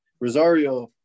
Rosario